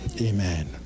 Amen